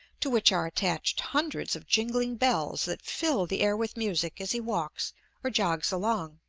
to which are attached hundreds of jingling bells that fill the air with music as he walks or jogs along.